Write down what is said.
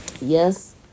Yes